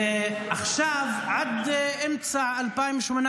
עד אמצע 2018,